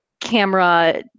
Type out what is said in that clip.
camera